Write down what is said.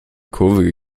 kurve